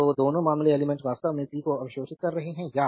तो दोनों मामले एलिमेंट्स वास्तव में पी को अवशोषित कर रहे हैं या